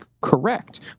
correct